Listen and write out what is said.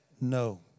no